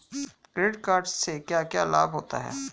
Credit card से क्या क्या लाभ होता है?